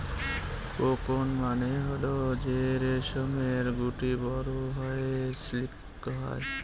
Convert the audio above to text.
cocoon মানে হল যে রেশমের গুটি বড়ো হয়ে সিল্ক হয়